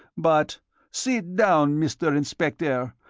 but sit down, mr. inspector!